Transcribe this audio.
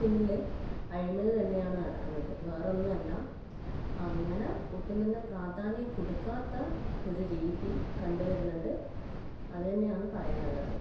പിന്നിൽ അഴിമതി തന്നെയാണ് നടക്കുന്നത് വേറൊന്നും അല്ല അങ്ങനെ ഒട്ടും തന്നെ പ്രാധാന്യം കൊടുക്കാത്ത ഒരു രീതി കണ്ട് വരുന്നുണ്ട് അത് തന്നെയാന്ന് പറയാനുള്ളത്